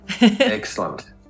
Excellent